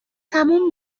تموم